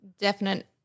definite